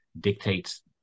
dictates